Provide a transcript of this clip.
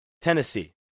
Tennessee